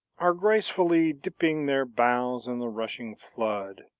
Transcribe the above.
are gracefully dipping their boughs in the rushing flood.